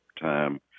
time